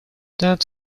that